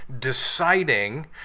deciding